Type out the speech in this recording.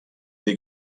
dir